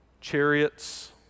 chariots